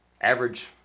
average